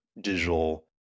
digital